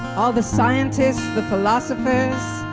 all the scientists, the philosophers,